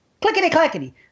clickety-clackety